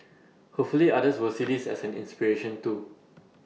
hopefully others will see this as an inspiration too